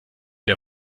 der